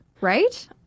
right